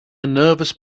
nervous